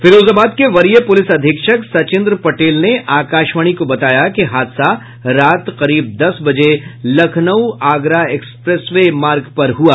फिरोजाबाद के वरीय पुलिस अधीक्षक सचिन्द्र पटेल ने आकाशवाणी को बताया कि हादसा रात करीब दस बजे लखनऊ आगरा एक्सप्रेस मार्ग पर हुआ